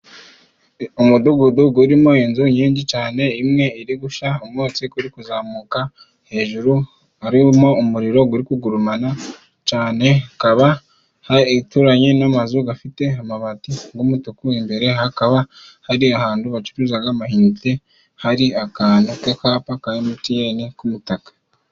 Umudugudu urimo inzu nyinshi cyane, imwe iri gushya umwotsi uri kuzamuka hejuru harimo umuriro uri kugurumana cyane, ikaba ituranye n'amazu afite amabati y'umutuku, imbere hakaba hari ahantu hacuruza amayinite, hari akantu k'akapa ka emutiyene k'umutaka.